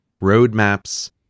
roadmaps